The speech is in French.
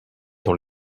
dans